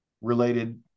related